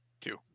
two